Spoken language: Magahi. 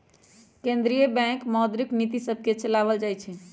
केंद्रीय बैंक मौद्रिक नीतिय सभके चलाबइ छइ